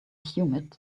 humid